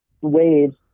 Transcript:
waves